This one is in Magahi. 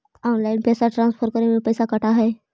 ऑनलाइन पैसा ट्रांसफर करे में पैसा कटा है?